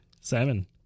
Seven